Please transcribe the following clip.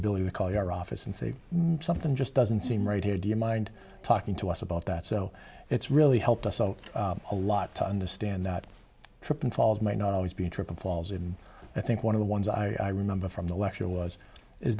ability to call your office and say something just doesn't seem right here do you mind talking to us about that so it's really helped us a whole lot to understand that trip and fall might not always be triple falls and i think one of the ones i remember from the lecture was is